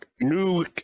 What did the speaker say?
new